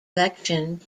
election